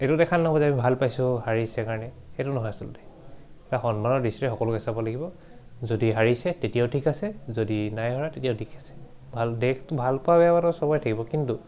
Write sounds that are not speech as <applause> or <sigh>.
এইটো দেখালে ন'হব আমি ভাল পাইছোঁ হাৰিছে কাৰণে সেইটো নহয় আচলতে এটা সন্মানৰ দৃষ্টি সকলোকে চাব লাগিব যদি হাৰিছে তেতিয়াও ঠিক আছে যদি নাই হৰা তেতিয়াও ঠিক আছে ভাল দেশটো ভাল পোৱা <unintelligible> চবৰে থাকিব কিন্তু